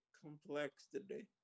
complexity